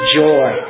joy